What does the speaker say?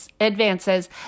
advances